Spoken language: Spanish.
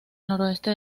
noroeste